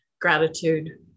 gratitude